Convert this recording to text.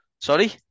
Sorry